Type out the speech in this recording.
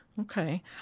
Okay